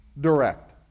direct